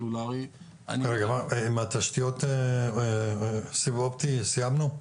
עם תשתיות סיב אופטי סיימנו?